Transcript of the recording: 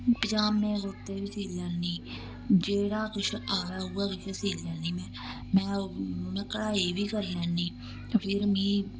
पजामें कुरते बी सीऽ लैन्नी जेह्ड़ा किश आवै उ'ऐ किश सी लैन्नी में में कढ़ाई बी करी लैन्नी फिर मी